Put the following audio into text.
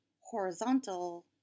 horizontal